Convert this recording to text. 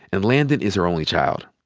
and landon is her only child.